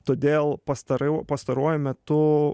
todėl pastaru pastaruoju metu